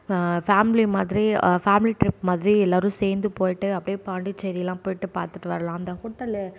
family மாதிரி family trip மாதிரி எல்லாரும் சேர்ந்து போய்ட்டு அப்டியே பாண்டிச்சேரிலாம் போய்ட்டு பார்த்துட்டு வரலாம் அந்த ஹோட்டல்